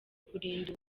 kurinda